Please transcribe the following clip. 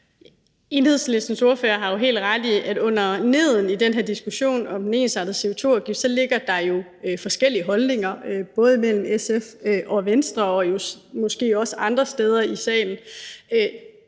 Enhedslistens ordfører har jo helt ret i, at neden under den her diskussion om den ensartede CO2-afgift ligger der forskellige holdninger, både imellem SF og Venstre og jo måske også andre steder i salen.